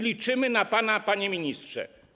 Liczymy na pana, panie ministrze.